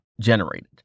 generated